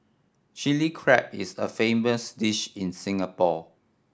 Chilli Crab is a famous dish in Singapore